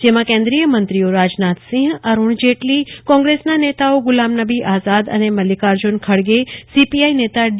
જેમાં કેન્દ્રિય મંત્રીઓ રાજનાથસિંહ અરૂણ જેટલી કોંગ્રેસના નેતાઓ ગુલામનબી આઝાદ અને મલ્લિકાર્જૂન ખડગે સીપીઆઈ નેતા ડી